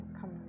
come